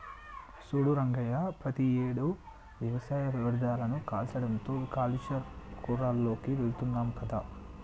సూడు రంగయ్య ప్రతియేడు వ్యవసాయ వ్యర్ధాలు కాల్చడంతో కాలుష్య కోరాల్లోకి వెళుతున్నాం కదా